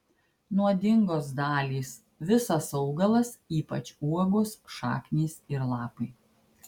nuodingos dalys visas augalas ypač uogos šaknys ir lapai